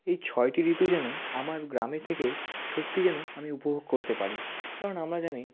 এই ছয়টি ঋতু যেন আমার গ্রামের থেকে সত্যি যেন আমি উপভোগ করতে পারি কারণ আমরা জানি